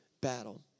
battle